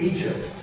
Egypt